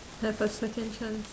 have a second chance